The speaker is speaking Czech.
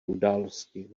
události